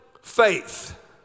faith